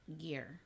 gear